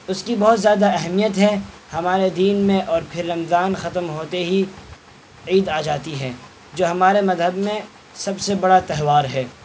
اس کی بہت زیادہ اہمیت ہے ہمارے دین میں اور پھر رمضان ختم ہوتے ہی عید آ جاتی ہے جو ہمارے مذہب میں سب سے بڑا تہوار ہے